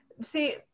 see